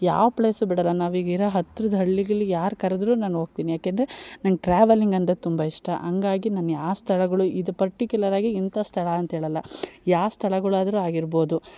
ಯಾವ ಪ್ಲೇಸು ಬಿಡೋಲ್ಲ ನಾವು ಈಗ ಇರೊ ಹತ್ರದ ಹಳ್ಳಿ ಗಿಳ್ಳಿ ಯಾರು ಕರೆದ್ರು ನಾನು ಹೋಗ್ತೀನಿ ಯಾಕಂದ್ರೆ ನಂಗೆ ಟ್ರಾವೆಲಿಂಗ್ ಅಂದರೆ ತುಂಬ ಇಷ್ಟ ಹಂಗಾಗಿ ನಾನು ಯಾವ ಸ್ಥಳಗಳು ಇದು ಪರ್ಟಿಕ್ಯುಲರ್ ಆಗಿ ಇಂಥ ಸ್ಥಳ ಅಂತ ಹೇಳಲ್ಲ ಯಾವ ಸ್ಥಳಗಳಾದ್ರು ಆಗಿರ್ಬೋದು